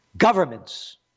Governments